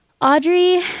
Audrey